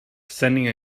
sending